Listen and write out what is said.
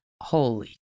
holy